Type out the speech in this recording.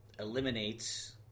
eliminates